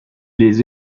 les